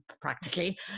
practically